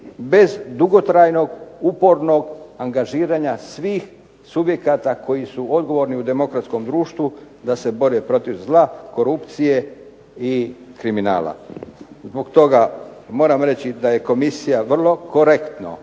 bez dugotrajnog upornog angažiranja svih subjekata koji su odgovorni u demokratskom društvu da se bore protiv zla, korupcije i kriminala. Zbog toga moram reći da je komisija vrlo korektno